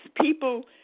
people